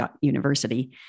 University